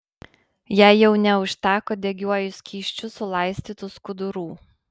jai jau neužteko degiuoju skysčiu sulaistytų skudurų